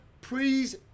please